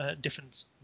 different